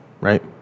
right